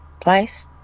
place